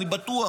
אני בטוח,